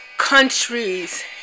countries